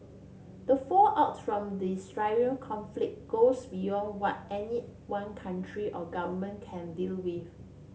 the fallout from the Syrian conflict goes beyond what any one country or government can deal with